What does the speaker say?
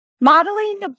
modeling